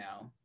now